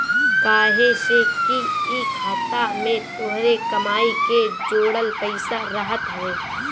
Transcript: काहे से कि इ खाता में तोहरे कमाई के जोड़ल पईसा रहत हवे